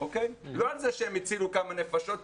לא על זה שהם הצילו כמה נפשות,